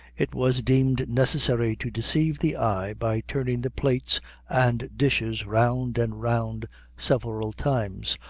it was deemed necessary to deceive the eye by turning the plates and dishes round and round several times,